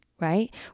right